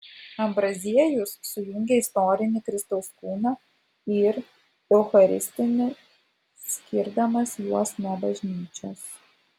ambraziejus sujungia istorinį kristaus kūną ir eucharistinį skirdamas juos nuo bažnyčios